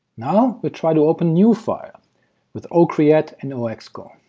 now we try to open newfile with o creat and o excl.